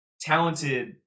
talented